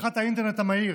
מהפכת האינטרנט המהיר,